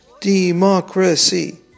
DEMOCRACY